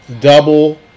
double